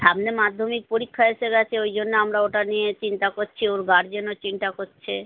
সামনে মাধ্যমিক পরীক্ষা এসে গেছে ওই জন্য আমরা ওটা নিয়ে চিন্তা করছি ওর গার্জেনও চিন্তা কচ্ছে